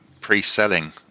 pre-selling